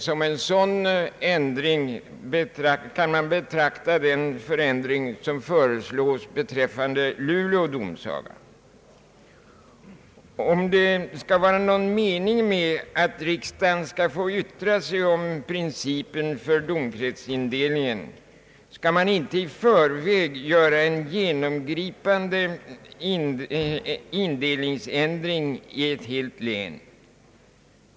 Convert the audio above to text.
Som en sådan kan man betrakta den förändring som föreslås beträffande Luleå domsaga. Om det skall vara någon mening med att riksdagen skall få yttra sig om principen för domkretsindelningen skall man inte i förväg göra en genomgripande indelningsändring i ett helt län.